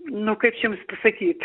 nu kaip čia jums pasakyt